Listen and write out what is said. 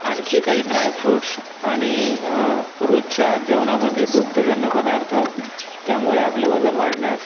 आणखी काही ड्रायफ्रूट्स आणि रोजच्या जेवणामध्ये दुग्धजन्य पदार्थ त्यामुळे आपलं वजन वाढण्यास